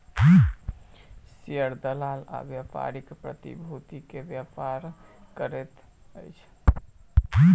share दलाल आ व्यापारी प्रतिभूतिक व्यापार करैत अछि